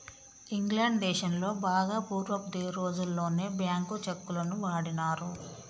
England దేశంలో బాగా పూర్వపు రోజుల్లోనే బ్యేంకు చెక్కులను వాడినారు